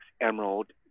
Emerald